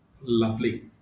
Lovely